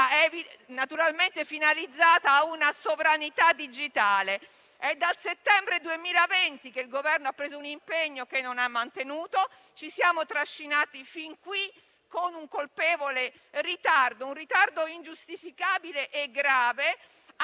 nazionale finalizzata alla sovranità digitale. È dal settembre 2020 che il Governo ha assunto un impegno che non ha mantenuto. Ci siamo trascinati fin qui con un ritardo